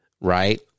right